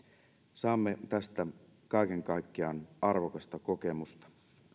saamme tästä kaiken kaikkiaan arvokasta kokemusta